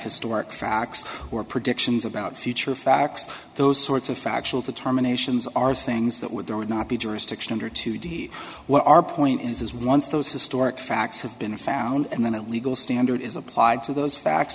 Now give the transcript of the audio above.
historic facts or predictions about future facts those sorts of factual determinations are things that would or would not be jurisdiction under two d what our point is is once those historic facts have been found and then a legal standard is applied to those facts